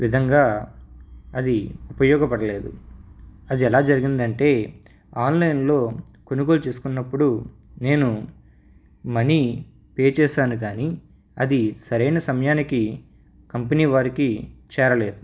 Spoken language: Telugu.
విధంగా అది ఉపయోగ పడలేదు అది ఎలా జరిగిందంటే ఆన్లైన్లో కొనుగోలు చేసుకున్నప్పుడు నేను మనీ పే చేసాను కాని అది సరైన సమయానికి కంపెనీ వారికి చేరలేదు